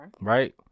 Right